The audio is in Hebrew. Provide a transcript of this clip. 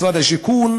משרד הבינוי והשיכון,